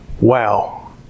Wow